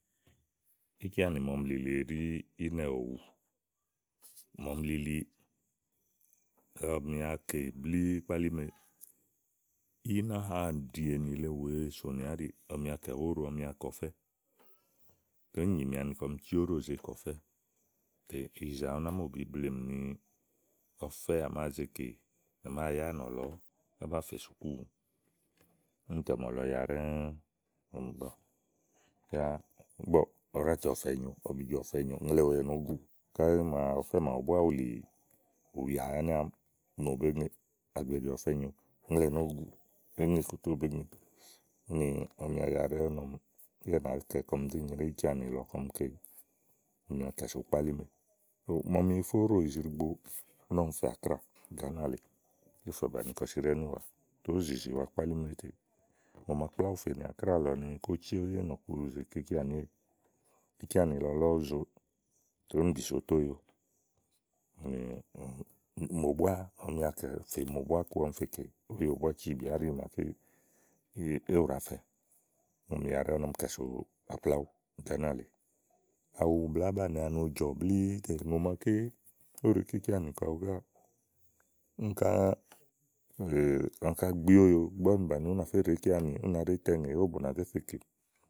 íkeanì màa ɔmi lili ɖí ínɛ̀ òwu màa ɔmi lili, úni ɔmì wa kè blíí kpálime. í ná hà ɖìènì le wèe sònìà áɖíí úni ɔmi wa kɛ̀wa óɖò ɔmi a kè ɔfɛ́ tè úni nyimi ani kɔm cí óɖò zèe kè ɔfɛ́. ìfi ìyìzà úni ámòbi bleèmìni ɔfɛ́ à màáa ya áànɔ̀lɔ á báa fè sùkúù. úni tè ɔ̀mɔ̀lɔ ya ɖɛ́ɛ́. ígbɔ ɔ̀ɖótèe ɔ̀fɛ nyòomi, ɔ̀bìjo ɔ̀fɛɛnyomi ùŋlè wèe nòó guù káɖí màa ɔfɛ́ màaɖu búá wùlì ùyà ɛnɛ àámiì. ìí nu àgbèɖì ɔ̀fɛ nyòomi ùŋle wèe nòó gu éŋe kòlè ówó bèé ŋe. úni ɔmi aya ɖɛ́ɛ́, úni ɔmi yá ì nàá kɛ kɔm zéè nyréwu íkeanì lɔ kɔɔ̀m kè ɔmi wa kɛ̀so kpálime nà lèe ɔmi fá óɖò ìzrigboo ú ni ɔmi zìzì wa kpálime úni ùŋò màa ku ówo fè Akráà lɔ ni kó cí éènɔku zèe kè íkeanìéyi. íkeanì lɔ lɔ ówo zo tè úni bìso oto óyoówò. úni ɔmi wa kɛ̀ te mò búá ku ɔmi fè kè úni óyo búá cibìà áɖi bìà áɖi màaké éwu ɖàá fɛ. úni ɔmi ya ɖɛ́ɛ́ úni ɔmi wa kɛ̀ so Aflawú Gàánà lèe awu blàá banìi ani ù jɔ̀ blíí tè mò màaké kè íkeanì kɔ búá úni ká áŋká gbi óyo, ígbɔ úni bàni únà fé ɖe íkeanì, ú nàá ɖe itɛ tè ówò bà fé zèe kè.